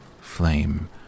Flame